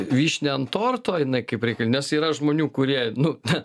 vyšnia ant torto jinai kaip reikia nes yra žmonių kurie nu ne